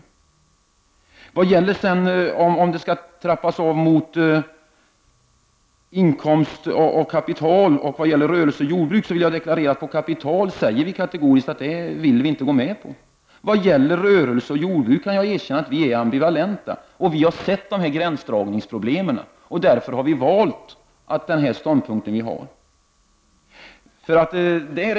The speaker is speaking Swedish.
Vad sedan gäller frågan huruvida avtrappning skall ske mot inkomst av kapital, av rörelse och av jordbruk vill jag deklarera följande. Vi säger kategoriskt att vi inte vill gå med på en avtrappning mot inkomst av kapital. Beträffande inkomst av rörelse och jordbruk kan jag erkänna att vi är ambivalenta. Vi har sett vilka gränsdragningsproblem som finns och har valt vår ståndpunkt med hänsyn till dessa.